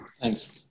Thanks